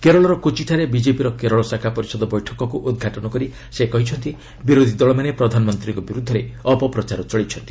କେରଳର କୋଚିଠାରେ ବିଜେପିର କେରଳ ଶାଖା ପରିଷଦ ବୈଠକକୁ ଉଦ୍ଘାଟନ କରି ସେ କହିଛନ୍ତି ବିରୋଧୀ ଦଳମାନେ ପ୍ରଧାନମନ୍ତ୍ରୀଙ୍କ ବିରୁଦ୍ଧରେ ଅପପ୍ରଚାର ଚଳାଇଛନ୍ତି